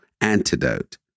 antidote